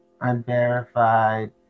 unverified